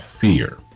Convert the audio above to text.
fear